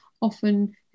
often